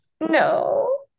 No